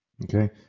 Okay